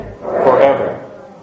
forever